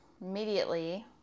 Immediately